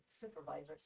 supervisors